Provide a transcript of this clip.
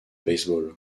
baseball